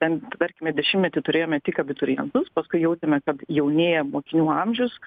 ten tarkime dešimtmetį turėjome tik abiturientus paskui jautėme kad jaunėja mokinių amžius